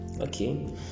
okay